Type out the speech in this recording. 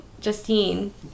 justine